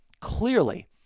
Clearly